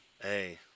Hey